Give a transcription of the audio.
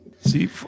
See